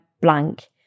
blank